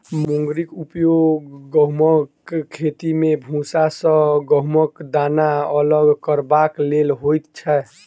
मुंगरीक उपयोग गहुमक खेती मे भूसा सॅ गहुमक दाना अलग करबाक लेल होइत छै